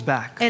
Back